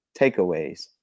takeaways